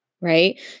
right